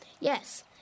Yes